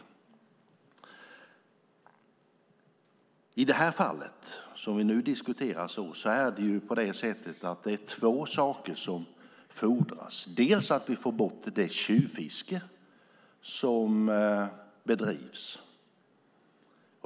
I det fall vi nu diskuterar är det två saker som fordras. Den första handlar om att få bort det tjuvfiske som bedrivs.